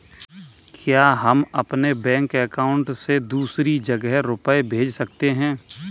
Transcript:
क्या हम अपने बैंक अकाउंट से दूसरी जगह रुपये भेज सकते हैं?